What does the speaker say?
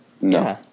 No